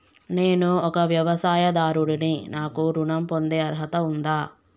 నేను ఒక వ్యవసాయదారుడిని నాకు ఋణం పొందే అర్హత ఉందా?